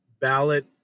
ballot